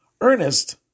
Ernest